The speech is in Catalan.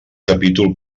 capítol